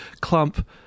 clump